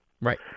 Right